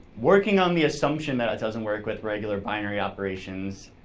working on the assumption that it doesn't work with regular binary operations,